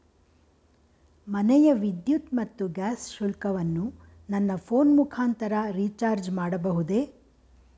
ಮನೆಯ ವಿದ್ಯುತ್ ಮತ್ತು ಗ್ಯಾಸ್ ಶುಲ್ಕವನ್ನು ನನ್ನ ಫೋನ್ ಮುಖಾಂತರ ರಿಚಾರ್ಜ್ ಮಾಡಬಹುದೇ?